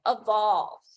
evolve